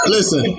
Listen